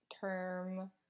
term